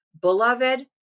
beloved